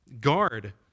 Guard